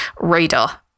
radar